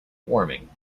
warming